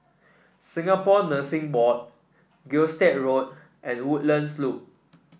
Singapore Nursing Board Gilstead Road and Woodlands Loop